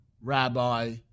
Rabbi